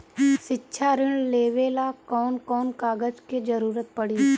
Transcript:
शिक्षा ऋण लेवेला कौन कौन कागज के जरुरत पड़ी?